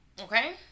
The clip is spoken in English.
Okay